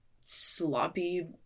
sloppy